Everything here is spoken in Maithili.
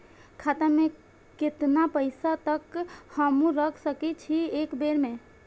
खाता में केतना पैसा तक हमू रख सकी छी एक बेर में?